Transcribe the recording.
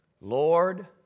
Lord